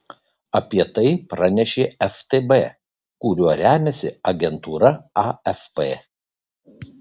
apie tai pranešė ftb kuriuo remiasi agentūra afp